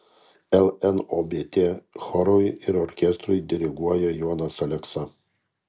lnobt chorui ir orkestrui diriguoja jonas aleksa